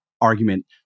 argument